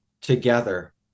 together